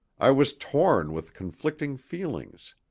i was torn with conflicting feelings.